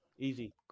Easy